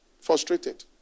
frustrated